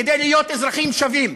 כדי להיות אזרחים שווים.